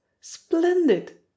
Splendid